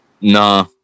Nah